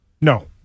no